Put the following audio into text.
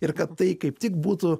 ir kad tai kaip tik būtų